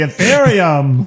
Ethereum